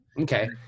Okay